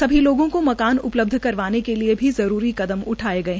सभी लोग को मकान उपल ध करवाने के लए भी ज र कदम उठाए गये